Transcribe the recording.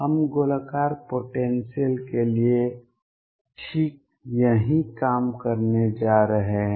हम गोलाकार पोटेंसियल के लिए ठीक यही काम करने जा रहे हैं